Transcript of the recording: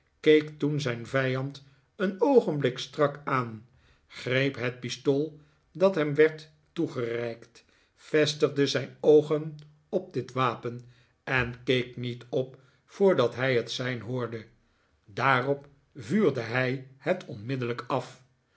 keek toen zijn vijand een oogenblik strak aan greep het pistool dat hem werd toegereikt vestigde zijn oogen op dit wapen en keek niet op voordat hij het sein hoorde daarop vuurde hij het onmiddellijk af